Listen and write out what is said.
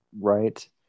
right